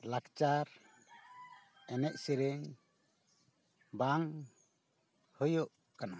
ᱞᱟᱠᱪᱟᱨ ᱮᱱᱮᱡ ᱥᱮᱨᱮᱧ ᱵᱟᱝ ᱦᱩᱭᱩᱜ ᱠᱟᱱᱟ